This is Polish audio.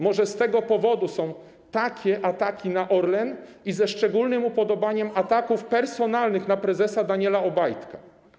Może z tego powodu są takie ataki na Orlen, ze szczególnym upodobaniem ataków personalnych na prezesa Daniela Obajtka.